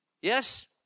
Yes